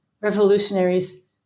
revolutionaries